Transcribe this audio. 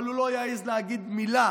אבל הוא לא יעז להגיד מילה